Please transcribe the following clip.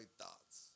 thoughts